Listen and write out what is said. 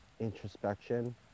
introspection